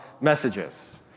messages